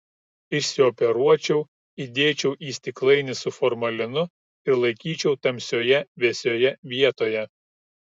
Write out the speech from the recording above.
išsioperuočiau įdėčiau į stiklainį su formalinu ir laikyčiau tamsioje vėsioje vietoje